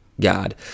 God